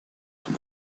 from